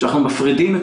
כשאנחנו מפרידים את